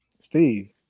Steve